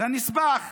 לנספח